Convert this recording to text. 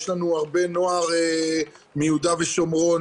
יש לנו הרבה נוער מיהודה ושומרון,